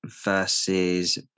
versus